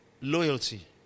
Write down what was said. loyalty